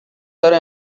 داره